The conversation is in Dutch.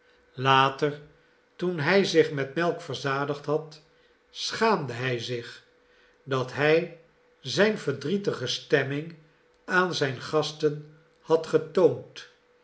later toen hij zich met melk verzadigd had schaamde hij zich dat hij zijn verdrietige stemming aan zijn gasten had getoond